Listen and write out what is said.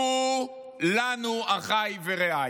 כולנו אחיי ורעיי.